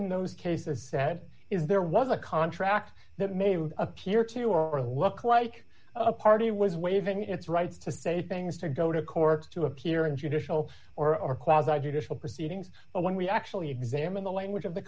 in those cases said is there was a contract that may appear to or look like a party was waiving its rights to say things to go to court to appear in judicial or class i did a full proceedings but when we actually examine the language of the